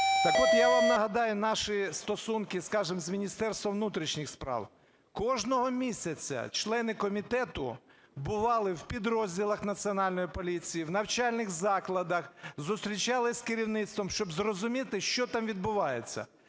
Так от, я вам нагадаю наші стосунки, скажімо, з Міністерством внутрішніх справ. Кожного місяця члени комітету бували в підрозділах Національної поліції, в навчальних закладах, зустрічалися з керівництвом, щоб зрозуміти що там відбувається.